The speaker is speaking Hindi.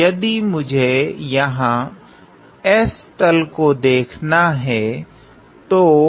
तो यदि मुझे यहाँ s तल को देखना है तो